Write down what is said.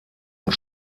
und